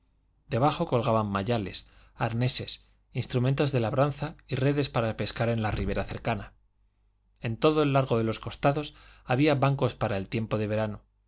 debajo colgaban mayales arneses instrumentos de labranza y redes para pescar en la ribera cercana en todo el largo de los costados había bancos para el tiempo de verano